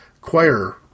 choir